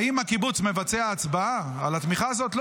האם הקיבוץ מבצע הצבעה על התמיכה הזאת?